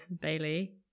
Bailey